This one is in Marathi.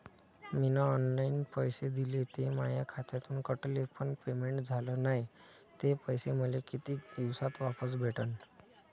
मीन ऑनलाईन पैसे दिले, ते माया खात्यातून कटले, पण पेमेंट झाल नायं, ते पैसे मले कितीक दिवसात वापस भेटन?